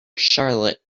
charlotte